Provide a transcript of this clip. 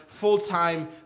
full-time